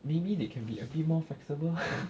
maybe they can be a bit more flexible